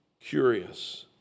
curious